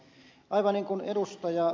aivan niin kuin ed